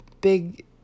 big